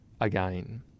again